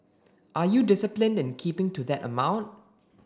are you disciplined in keeping to that amount